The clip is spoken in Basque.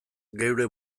geure